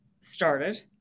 started